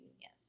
Yes